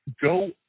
go